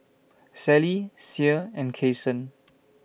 Sally Sie and Kason